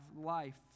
life